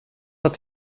att